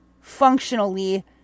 functionally